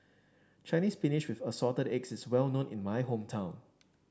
Chinese Spinach with Assorted Eggs is well known in my hometown